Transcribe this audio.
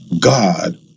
God